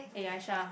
eh Aisyah